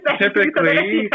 typically